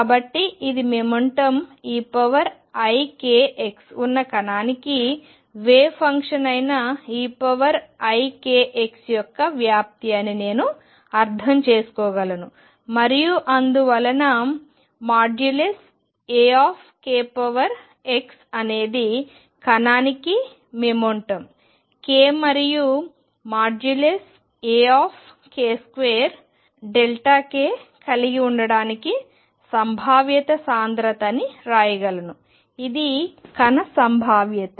కాబట్టి ఇది momentum eikx ఉన్న కణానికి వేవ్ ఫంక్షన్ అయిన eikx యొక్క వ్యాప్తి అని నేను అర్థం చేసుకోగలను మరియు అందువల్ల Ak2అనేది కణానికి మొమెంటం k మరియు Ak2k కలిగి ఉండటానికి సంభావ్యత సాంద్రత అని రాయగలను ఇది కణ సంభావ్యత